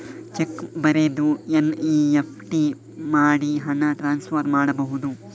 Check ಬರೆದು NEFT ಮಾಡಿ ಹಣ ಟ್ರಾನ್ಸ್ಫರ್ ಮಾಡಬಹುದು?